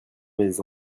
mes